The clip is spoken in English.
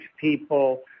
people